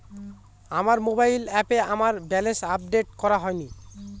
আমার মোবাইল অ্যাপে আমার ব্যালেন্স আপডেট করা হয়নি